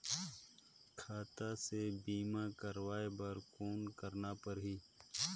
खाता से बीमा करवाय बर कौन करना परही?